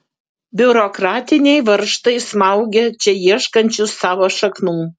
biurokratiniai varžtai smaugia čia ieškančius savo šaknų